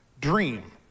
dream